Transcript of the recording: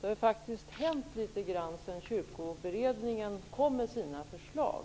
Det har faktiskt hänt litet grand sedan Kyrkoberedningen kom med sina förslag.